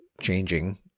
changing